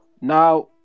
now